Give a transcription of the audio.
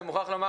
אני מוכרח לומר,